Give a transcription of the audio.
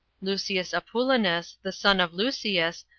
lucius apulinus, the son of lucius,